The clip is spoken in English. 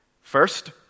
First